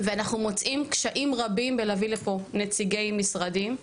ואנחנו מוצאים קשיים רבים בלהביא לפה נציגי משרדים,